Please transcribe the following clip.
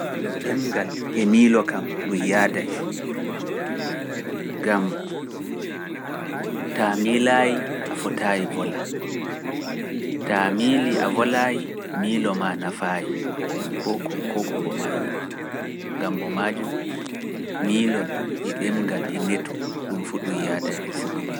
Ɗemngal e miilo kam ɗum yaada e. Gam, taa miilaay a fotaay volaa, taa miili a volaay miilo ma nafaaay, koo ko koo ko maa yi’a. Gam mbo maajum miilol e ɗemngal e meto ɗum fu ɗum yaada e ɗum fu ɗum ngu.